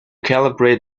calibrate